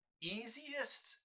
easiest